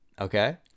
okay